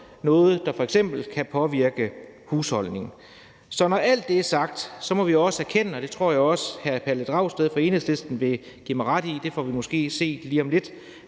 noget, der f.eks. kan påvirke husholdningen. Når alt det er sagt, må vi også erkende – det tror jeg også hr. Pelle Dragsted fra Enhedslisten vil give mig ret i; det får vi måske at se lige om lidt